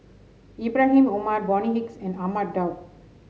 Ibrahim Omar Bonny Hicks and Ahmad Daud